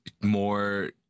more